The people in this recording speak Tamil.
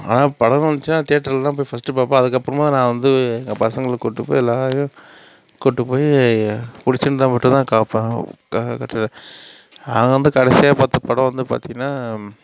ஆனால் படம் காமிச்சால் தேட்டரில் தான் போய் ஃபஸ்ட்டு பார்ப்பேன் அதுக்கப்புறமா நான் வந்து பசங்களை கூட்டு போய் எல்லோரையும் கூட்டு போய் பிடிச்சிருந்தா மட்டுந்தான் பார்ப்பேன் நான் வந்து கடைசியாக பார்த்த படம் வந்து பார்த்தீங்கன்னா